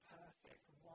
perfect